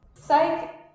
psych